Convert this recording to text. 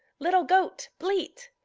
little goat, bleat!